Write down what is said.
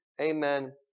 Amen